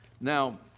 Now